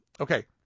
okay